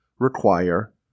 require